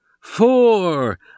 Four